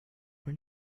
when